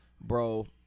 Bro